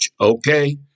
okay